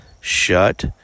Shut